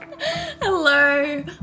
hello